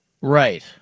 right